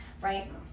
right